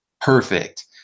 perfect